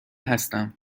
هستم